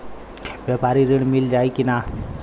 व्यापारी ऋण मिल जाई कि ना?